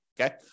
okay